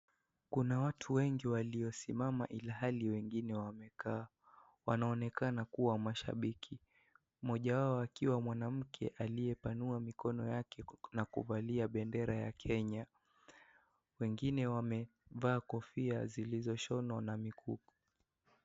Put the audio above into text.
Kuna watu wengi waliosimama ilhali wengine wamekaa. Wanaonekana kuwa mashabiki. Mmoja wao akiwa mwanamke aliyepanua mikono yake na kuvalia bendera ya Kenya. Wengine wamevaa kofia zilozoshonwa na ni huu.